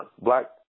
black